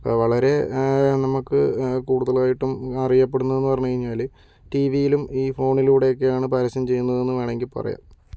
അപ്പോൾ വളരെ നമുക്ക് കൂടുതലായിട്ടും അറിയപ്പെടുന്നുയെന്ന് പറഞ്ഞു കഴിഞ്ഞാൽ ടി വിയിലും ഈ ഫോണിലൂടെയൊക്കെയാണ് പരസ്യം ചെയ്യുന്നതെന്നു വേണമെങ്കിൽ പറയാം